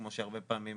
כמו שהרבה פעמים